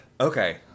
Okay